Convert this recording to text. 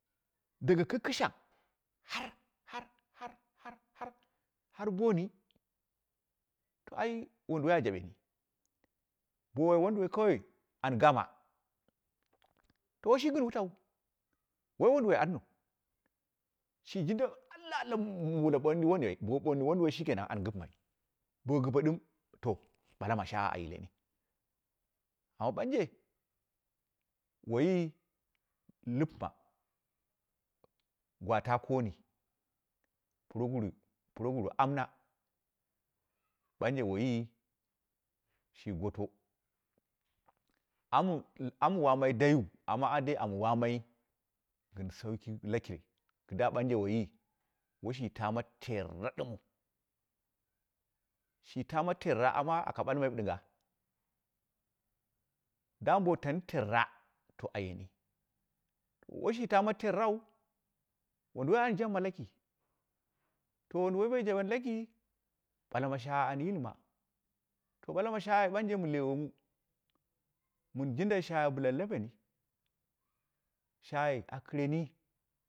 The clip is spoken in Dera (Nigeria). Dagu kɨkɨshang har, har, har, har, har, bomi, to ai wunduwoi a jabeni, bowoi wunduwoi kawai an gama to woshi gɨn wutau, u wai wunduwai arniu, shi jindu allah, allah mure bɨlu boni wuduwoi, bo u bomi wuduwoi shikenan an gɨpemai, bo gɨpe ɗim to, ɓala ma shagha a yileni, amma banje wai lɨpma gwa ta koni progurus progurus amna, banje waiyi shi goto amu amu wamai dai wu ama ma dai amu wamai gɨn saudki sauki kida banje waiyi washi tama teera ɗim wu, shi tama teera, amma alea bullmai ɗinga dama bo tani terra, to ayeni, to washi tama terrau wunduwai an jabma laki, to wunduwai bo jebeni laki bala ma shagha an yilma, to bula ma shagha banje mu leghemu muu jinden shagha bɨlu lɨbeni shaghai a kɨreni.